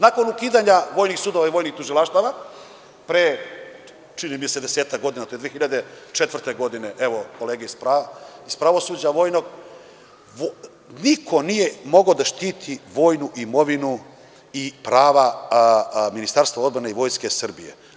Nakon ukidanja vojnih sudova i vojnih tužilaštava, pre desetak godina, možda 2004. godine, evo kolega iz vojnog pravosuđa, niko nije mogao da štiti vojnu imovinu i prava Ministarstva odbrane i Vojske Srbije.